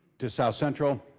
to south central,